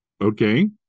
okay